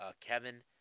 Kevin